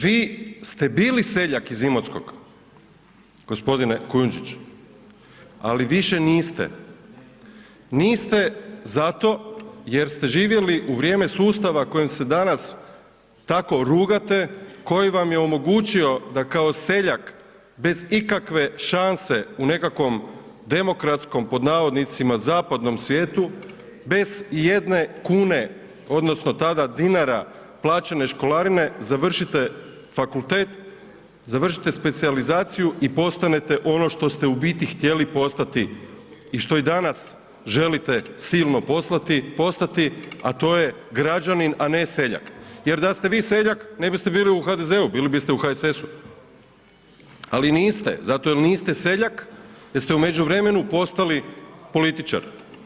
Vi ste bili seljak iz Imotskog gospodine Kujundžić, ali više niste, niste zato jer ste živjeli u vrijeme sustava kojem se danas tako rugate koji vam je omogućio da kao seljak bez ikakve šanse u nekakvom demokratskom pod navodnicima zapadnom svijetu, bez ijedne kune odnosno tada dinara plaćene školarine završite fakultet, završite specijalizaciju i postanete ono što ste u biti htjeli postati i što i danas želite silno postati, a to je građanin a ne seljak, jer da ste vi seljak ne biste bili u HDZ-u bili biste u HSS-u, ali niste zato jer niste seljak jer ste u međuvremenu postali političar.